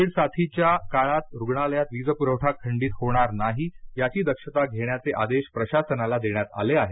Covid साथीच्या काळात रुग्णालयात वीजपुरवठा खंडित होणार नाही याची दक्षता घेण्याचे आदेश प्रशासनाला देण्यात आले आहेत